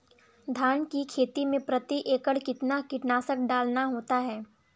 धान की खेती में प्रति एकड़ कितना कीटनाशक डालना होता है?